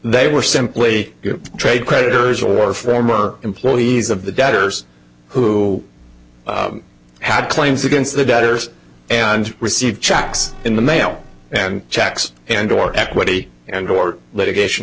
they were simply trade creditors or former employees of the debtors who had claims against the debtors and receive checks in the mail and checks and or equity and or litigation